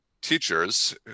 teachers